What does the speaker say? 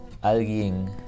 alguien